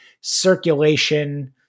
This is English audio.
circulation